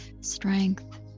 strength